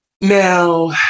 Now